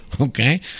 okay